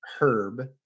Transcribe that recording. herb